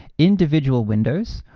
individual windows,